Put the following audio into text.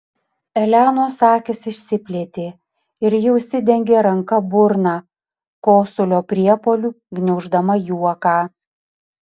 elenos akys išsiplėtė ir ji užsidengė ranka burną kosulio priepuoliu gniauždama juoką